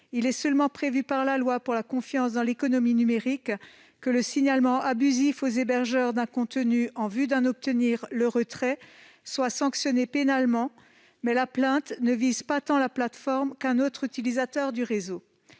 Il est seulement prévu par la loi pour la confiance dans l'économie numérique que le signalement abusif aux hébergeurs d'un contenu en vue d'en obtenir le retrait peut être sanctionné pénalement, mais la plainte ne vise pas tant la plateforme qu'un autre utilisateur du réseau.